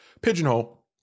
pigeonhole